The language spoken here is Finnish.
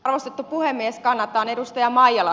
arvostettu puhemies kannatan edustaja maijala